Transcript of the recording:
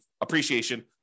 appreciation